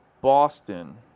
Boston